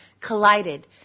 collided